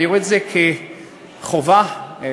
אני רואה את זה כחובה לאומית,